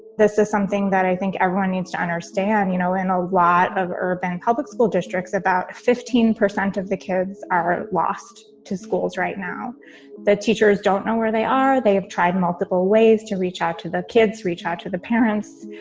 this is something that i think everyone needs to understand. you know, in a lot of urban public school districts, about fifteen percent of the kids are lost to schools right now that teachers don't know where they are. they have tried multiple ways to reach out to the kids, reach out to the parents,